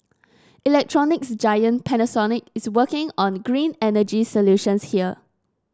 electronics giant Panasonic is working on green energy solutions here